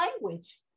language